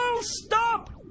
STOP